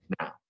now